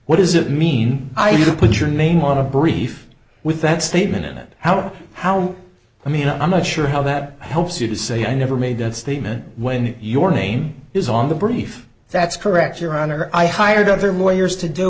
what does it mean i you put your name on a brief with that statement and then how how i mean i'm not sure how that helps you to say i never made that statement when your name is on the brief that's correct your honor i hired other more years to do